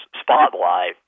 spotlight